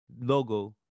logo